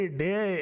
day